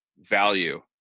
value